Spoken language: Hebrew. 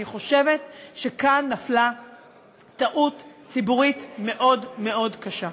אני חושבת שנפלה כאן טעות ציבורית מאוד מאוד קשה.